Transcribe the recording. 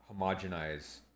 homogenize